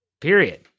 period